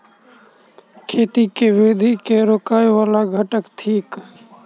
खेती केँ वृद्धि केँ रोकय वला घटक थिक?